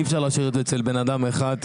אי אפשר להשאיר את זה אצל בן אדם אחד.